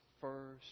first